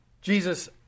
Jesus